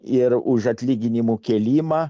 ir už atlyginimų kėlimą